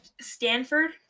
Stanford